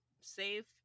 save